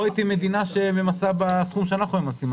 לא ראיתי מדינה אחרת שממסה בסכום שאנחנו ממסים.